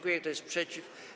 Kto jest przeciw?